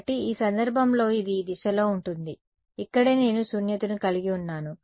కాబట్టి ఈ సందర్భంలో ఇది ఈ దిశలో ఉంటుంది ఇక్కడే నేను శూన్యతను కలిగి ఉన్నాను